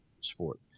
sport